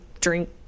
drink